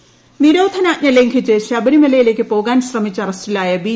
ശബരിമല നിരോധനാജ്ഞ ലംഘിച്ച് ശബരിമലയിലേക്ക് പോകാൻ ശ്രമിച്ച് അറസ്റ്റിലായ ബി